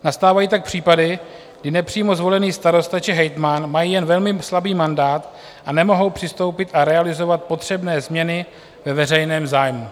Nastávají tak případy, kdy nepřímo zvolený starosta či hejtman mají jen velmi slabý mandát a nemohou přistoupit a realizovat potřebné změny ve veřejném zájmu.